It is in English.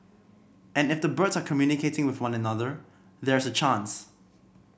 and if the birds are communicating with one another there's a chance